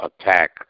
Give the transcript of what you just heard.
attack